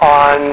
on